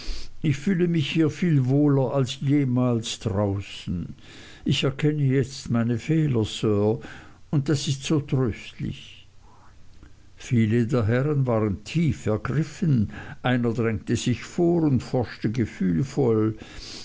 ich fühle mich hier viel wohler als jemals draußen ich erkenne jetzt meine fehler sir und das ist so tröstlich viele der herrn waren tief ergriffen einer drängte sich vor und forschte gefühlvoll